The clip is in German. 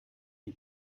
die